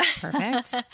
Perfect